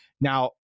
Now